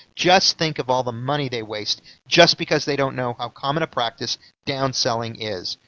just think of all the money they waste just because they don't know how common a practice downselling is.